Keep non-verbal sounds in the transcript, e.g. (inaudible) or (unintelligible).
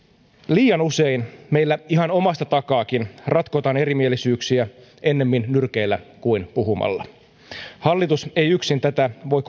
liian usein meillä ihan omasta takaakin ratkotaan erimielisyyksiä ennemmin nyrkeillä kuin puhumalla hallitus ei yksin voi (unintelligible)